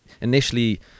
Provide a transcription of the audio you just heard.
initially